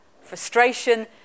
frustration